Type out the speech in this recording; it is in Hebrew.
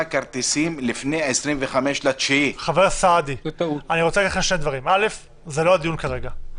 כרטיסים לפני 25.9. זה לא הדיון כרגע.